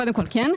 קודם כול, כן.